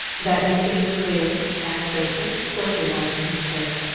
that make things clear? asked joseph, closely watching his clerk.